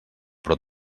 però